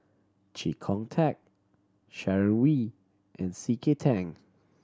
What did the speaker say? Chee Kong Tet Sharon Wee and C K Tang